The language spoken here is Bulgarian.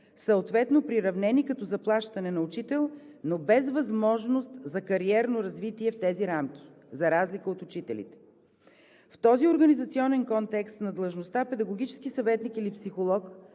съответно приравнени като заплащане на учител, но без възможност за кариерно развитие в тези рамки, за разлика от учителите. В този организационен контекст на длъжността „педагогически съветник“ или „психолог“